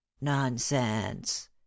Nonsense